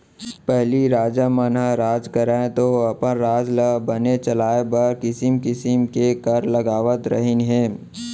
पहिली राजा मन ह राज करयँ तौ अपन राज ल बने चलाय बर किसिम किसिम के कर लगावत रहिन हें